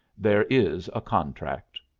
there is a contract.